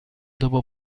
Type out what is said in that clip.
dopo